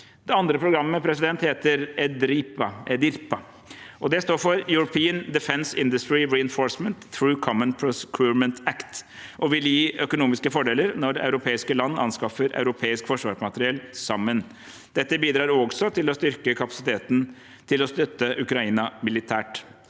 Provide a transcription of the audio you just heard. Det andre programmet heter EDIRPA, og det står for European Defence Industry Reinforcement through common Procurement Act. Det vil gi økonomiske fordeler når europeiske land anskaffer europeisk forsvarsmateriell sammen. Dette bidrar også til å styrke kapasiteten til å støtte Ukraina militært.